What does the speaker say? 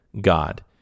God